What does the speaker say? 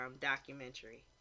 documentary